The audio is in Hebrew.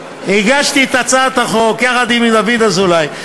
הגשתי את הצעת החוק יחד עם דוד אזולאי,